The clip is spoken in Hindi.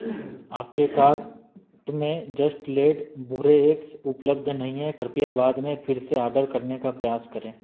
आपके कार्ट में जस्ट लेड भूरे एग्स उपलब्ध नहीं है कृपया बाद में फिर से आर्डर करने का प्रयास करें